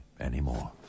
anymore